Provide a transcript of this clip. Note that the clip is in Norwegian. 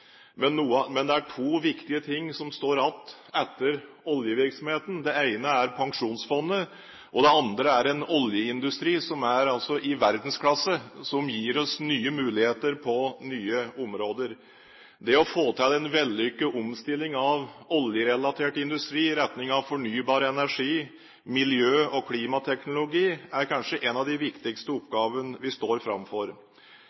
Men det er to viktige ting som står igjen etter oljevirksomheten: Det ene er Pensjonsfondet, og det andre er en oljeindustri som er i verdensklasse, og som gir oss nye muligheter på nye områder. Det å få til en vellykket omstilling av oljerelatert industri i retning av fornybar energi, miljø- og klimateknologi er kanskje en av de viktigste